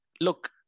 look